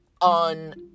on